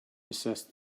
assessed